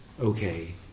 okay